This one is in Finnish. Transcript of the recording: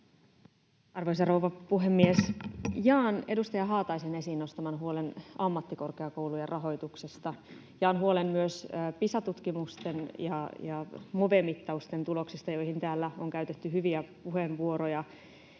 Arvoisa rouva puhemies! Jaan edustaja Haataisen esiin nostaman huolen ammattikorkeakoulujen rahoituksesta. Jaan huolen myös Pisa-tutkimusten ja Move-mittausten tuloksista, joista täällä on käytetty hyviä puheenvuoroja.